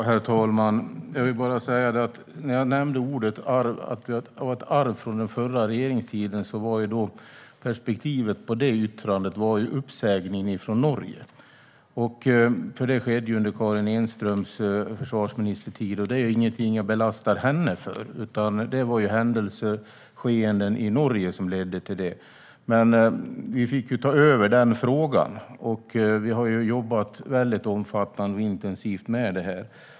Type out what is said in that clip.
Herr talman! När jag nämnde att vi har ett arv från den förra regeringen avsåg jag uppsägningen från Norge, som skedde under Karin Enströms försvarsministertid. Den är ingenting jag belastar henne för, utan det var händelser och skeenden i Norge som ledde till den. Men vi fick ta över den frågan, och vi har jobbat väldigt omfattande och intensivt med den.